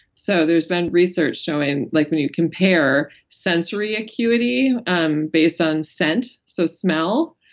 so there's been research showing, like when you compare sensory acuity um based on scent, so smell,